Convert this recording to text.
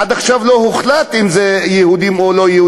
עד עכשיו לא הוחלט אם הם יהודים או לא-יהודים,